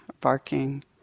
barking